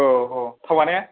औ औ थावा ने